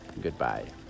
goodbye